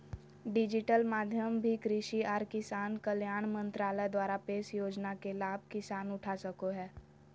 digital माध्यम से भी कृषि आर किसान कल्याण मंत्रालय द्वारा पेश योजना के लाभ किसान उठा सको हय